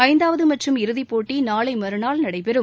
ஐந்தாவது மற்றும் இறுதிப்போட்டி நாளை மறுநாள் நடைபெறும்